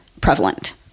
prevalent